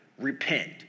repent